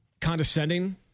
condescending